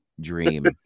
dream